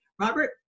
Robert